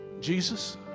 Jesus